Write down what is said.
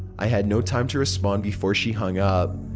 i had no time to respond before she hung up.